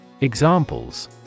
Examples